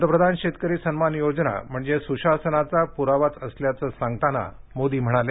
पंतप्रधान शेतकरी सन्मान योजना म्हणजे सुशासनाचा पुरावाच असल्याचं सांगताना मोदी म्हणाले